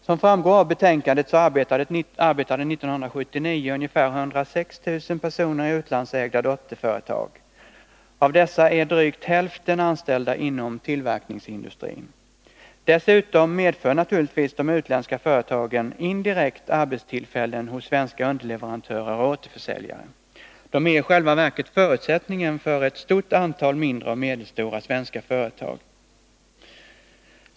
Som framgår av betänkandet arbetade 1979 ungefär 106 000 personer i utlandsägda dotterföretag. Av dessa är drygt hälften anställda inom tillverkningsindustrin. Dessutom medför naturligtvis de utländska företagens verksamhet indirekt arbetstillfällen hos svenska underleverantörer och återförsäljare. De är i själva verket förutsättningen för ett stort antal mindre och medelstora svenska företag.